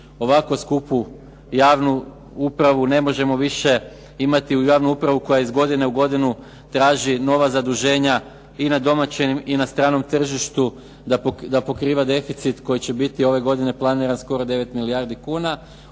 ovako skupu javnu upravu, ne možemo više imati javnu upravu koja iz godine u godinu traži nova zaduženja i na domaćem i na stranom tržištu da pokriva deficit koji će biti ove godina planiran skoro 9 milijardi kuna,